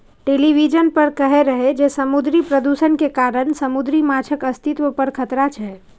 television पर कहै रहै जे समुद्री प्रदूषण के कारण समुद्री माछक अस्तित्व पर खतरा छै